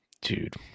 Dude